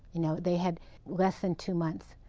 you know, they had less than two months.